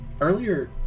Earlier